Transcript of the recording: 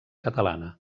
catalana